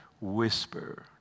whisper